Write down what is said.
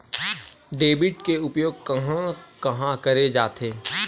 Debit के उपयोग कहां कहा करे जाथे?